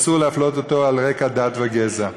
אסור להפלות אותו על רקע דת וגזע.